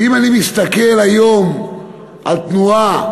ואם אני מסתכל היום על תנועה